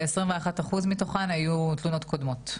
ל-21 אחוז מתוכן היו תלונות קודמות.